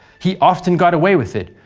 he often got away with it,